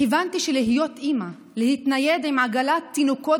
הבנתי שלהיות אימא ולהתנייד עם עגלת תינוקות